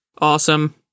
Awesome